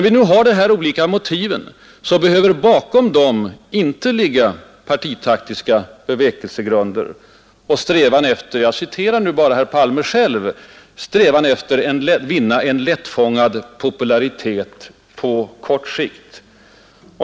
Men bakom motiven behöver inte ligga ”partitaktiska” bevekelsegrunder och, för att citera herr Palme själv, strävan efter att vinna ”en lättfången popularitet på kort sikt”.